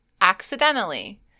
Accidentally